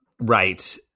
Right